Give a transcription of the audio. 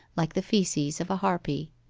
like the faeces of a harpy